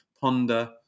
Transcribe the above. ponder